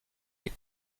les